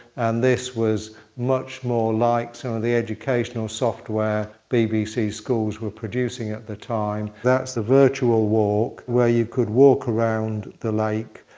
and this was much more like some of the educational software bbc schools were producing at the time. that's the virtual walk, where you could walk around the lake.